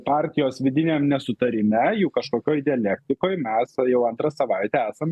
partijos vidiniam nesutarime jų kažkokioj dialektikoj mes va jau antrą savaitę esam